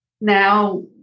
Now